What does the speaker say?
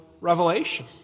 revelation